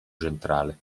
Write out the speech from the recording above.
centrale